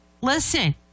listen